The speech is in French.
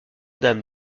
dame